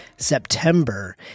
September